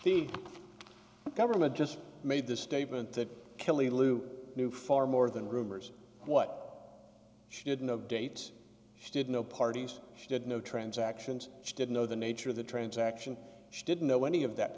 the government just made the statement that kelly lu knew far more than rumors what she had no dates she didn't know parties she did know transactions she didn't know the nature of the transaction she didn't know any of that